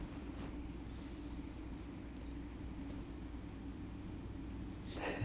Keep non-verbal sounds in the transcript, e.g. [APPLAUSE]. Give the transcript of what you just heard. [LAUGHS]